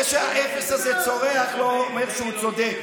זה שהאפס הזה צורח לא אומר שהוא צודק.